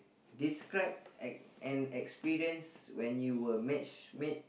describe an an experience when you were matchmade